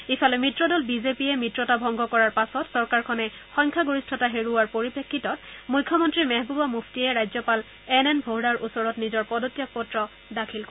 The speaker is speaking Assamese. ইফালে মিত্ৰ দল বিজেপিয়ে মিত্ৰতা ভংগ কৰাৰ পাছত চৰকাৰখনে সংখ্যাগৰিষ্ঠতা হেৰুওৱাৰ পৰিপ্ৰেক্ষিতত মুখ্যমন্ত্ৰী মেহবুবা মুফটিয়ে ৰাজ্যপাল এন এন ভোহৰাৰ ওচৰত নিজৰ পদত্যাগ পত্ৰ দাখিল কৰে